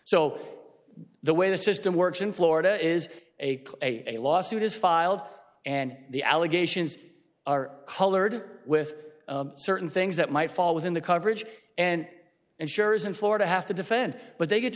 so the way the system works in florida is a a lawsuit is filed and the allegations are colored with certain things that might fall within the coverage and insurers in florida have to defend what they get to